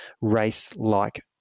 race-like